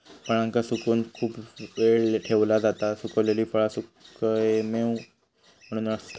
फळांका सुकवून खूप वेळ ठेवला जाता सुखवलेली फळा सुखेमेवे म्हणून असतत